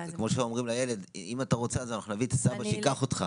והן בכלל לא מבינות שהן עוברות פגיעות,